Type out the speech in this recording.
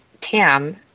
Tim